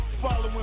Following